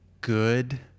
good